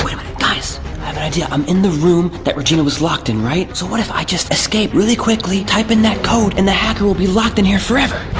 guys, i have an idea. i'm in the room that regina was locked in right? so what if i just escape really quickly, type in that code, and the hacker will be locked in here forever.